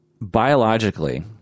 biologically